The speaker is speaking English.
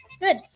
Good